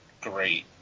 great